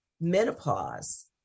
menopause